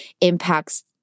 impacts